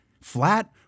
Flat